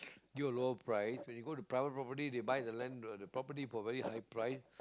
give a low price when you go to private property they buy the land the property for very high price